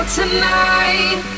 tonight